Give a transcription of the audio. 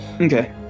Okay